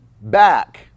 back